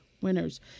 Winners